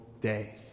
day